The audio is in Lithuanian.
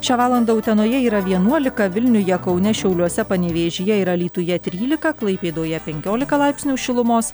šią valandą utenoje yra vienuolika vilniuje kaune šiauliuose panevėžyje ir alytuje trylika klaipėdoje penkiolika laipsnių šilumos